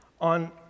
On